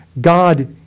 God